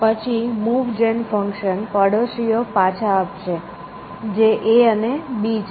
પછી move gen function પડોશીઓ પાછા આપશે જે A અને B છે